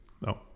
no